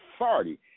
authority